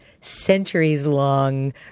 centuries-long